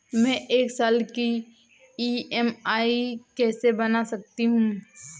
मैं एक साल की ई.एम.आई कैसे बना सकती हूँ?